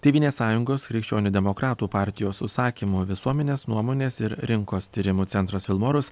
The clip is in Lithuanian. tėvynės sąjungos krikščionių demokratų partijos užsakymu visuomenės nuomonės ir rinkos tyrimų centras vilmorus